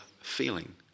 feeling